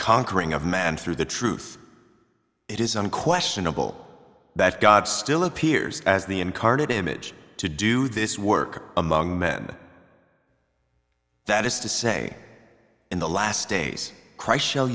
conquering of man through the truth it is unquestionable that god still appears as the incarnate image to do this work among men that is to say in the last days christ sh